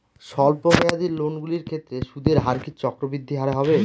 স্বল্প মেয়াদী লোনগুলির ক্ষেত্রে সুদের হার কি চক্রবৃদ্ধি হারে হবে?